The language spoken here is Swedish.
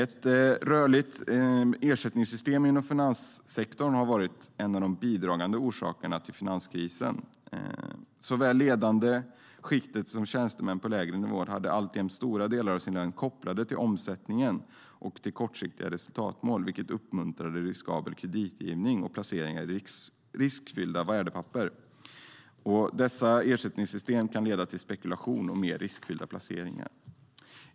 Rörliga ersättningssystem inom finanssektorn har varit en av de bidragande orsakerna till finanskrisen. Såväl de ledande skikten som tjänstemännen på lägre nivåer hade och har alltjämt stora delar av sina löner kopplade till omsättningen och till kortsiktiga resultatmål, vilket uppmuntrar riskabel kreditgivning och placeringar i riskfyllda värdepapper. Dessa ersättningssystem kan leda till spekulation och mer riskfyllda placeringar.